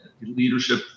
leadership